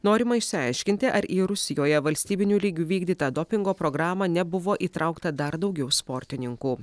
norima išsiaiškinti ar į rusijoje valstybiniu lygiu vykdytą dopingo programą nebuvo įtraukta dar daugiau sportininkų